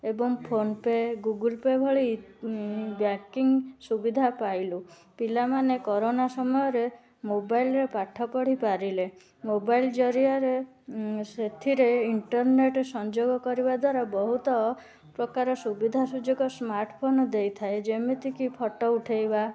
ଏବଂ PhonePe Google Pay ଭଳି banking ସୁବିଧା ପାଇଲୁ ପିଲାମାନେ କରୋନା ସମୟରେ ମୋବାଇଲ ରେ ପାଠପଢ଼ି ପାରିଲେ ମୋବାଇଲ ଜରିଆରେ ଉଁ ସେଥିରେ ଇଣ୍ଟରନେଟ୍ ସଂଯୋଗ କରିବା ଦ୍ଵାରା ବହୁତ ପ୍ରକାର ସୁବିଧା ସୁଯୋଗ ସ୍ମାର୍ଟଫୋନ୍ ଦେଇଥାଏ ଯେମିତିକି ଫଟୋ ଉଠାଇବା